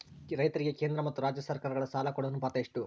ರೈತರಿಗೆ ಕೇಂದ್ರ ಮತ್ತು ರಾಜ್ಯ ಸರಕಾರಗಳ ಸಾಲ ಕೊಡೋ ಅನುಪಾತ ಎಷ್ಟು?